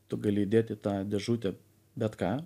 tu gali įdėt į tą dėžutę bet ką